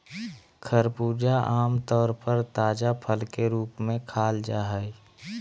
खरबूजा आम तौर पर ताजा फल के रूप में खाल जा हइ